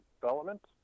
development